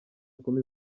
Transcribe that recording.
kumi